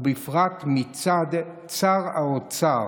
ובפרט מצד צאר האוצר,